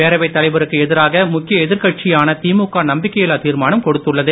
பேரவைத் தலைவருக்கு எதிராக முக்கிய எதிர்க்கட்சியான திமுக நம்பிக்கையில்லா தீர்மானம் கொடுத்துள்ளது